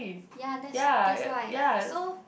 ya that's that's why so